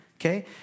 Okay